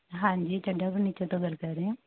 ਹਾਂਜੀ ਫਰਨੀਚਰ ਤੋਂ ਗੱਲ ਕਰ ਰਹੇ ਆ